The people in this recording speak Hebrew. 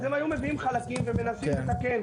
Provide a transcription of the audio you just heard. אז הם היו מביאים חלקים ומנסים לתקן,